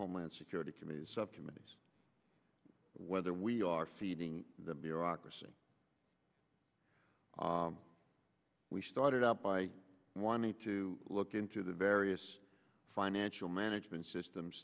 homeland security committees subcommittees whether we are feeding the bureaucracy we started out by wanting to look into the various financial management systems